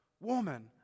Woman